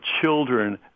children